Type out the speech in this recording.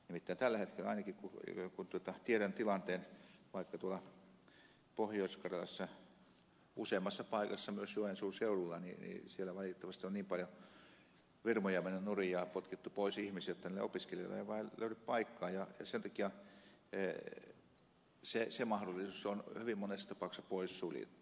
nimittäin tällä hetkellä ainakin kun tiedän tilanteen vaikka tuolla pohjois karjalassa useammassa paikassa myös joensuun seudulla niin siellä valitettavasti on niin paljon firmoja mennyt nurin ja potkittu pois ihmisiä jotta niille opiskelijoille ei vain löydy paikkaa ja sen takia se mahdollisuus on hyvin monessa tapauksessa poissuljettu